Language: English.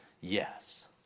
yes